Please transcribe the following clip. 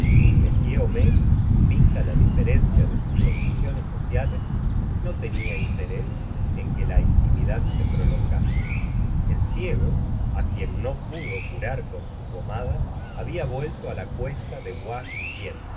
m homais vista la diferencia de sus condiciones sociales no tenia interés en que la intimidad se prolongase el ciego á quien no pudo curar con su pomada había vuelto á la cuesta de